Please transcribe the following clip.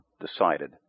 decided